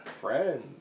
Friend